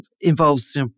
involves